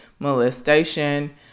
molestation